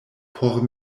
por